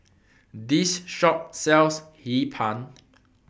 This Shop sells Hee Pan